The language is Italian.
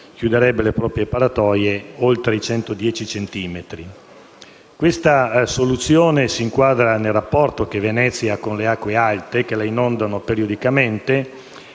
chiuderebbe le proprie paratoie oltre i 110 centimetri. La soluzione MOSE si inquadra nel rapporto che Venezia ha con le acque alte che la inondano periodicamente,